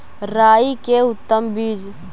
राई के उतम बिज?